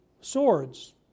swords